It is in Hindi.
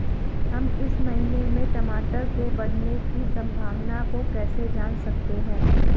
हम इस महीने में टमाटर के बढ़ने की संभावना को कैसे जान सकते हैं?